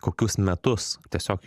kokius metus tiesiog